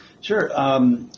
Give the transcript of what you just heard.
Sure